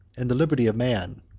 and the liberty of man,